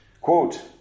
quote